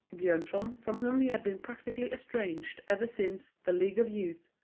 bjornson, from whom he had been practically estranged ever since the league of youth,